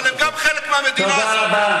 אני מזכיר לך שאתה גם סגן יושב-ראש הכנסת.